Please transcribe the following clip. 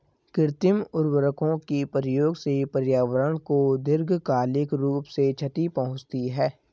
कृत्रिम उर्वरकों के प्रयोग से पर्यावरण को दीर्घकालिक रूप से क्षति पहुंचती है